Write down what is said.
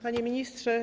Panie Ministrze!